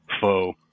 foe